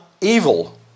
evil